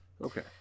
okay